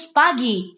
pagi